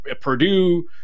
Purdue